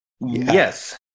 yes